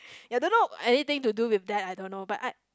ya I don't know anything to do with that but I